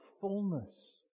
fullness